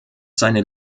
seine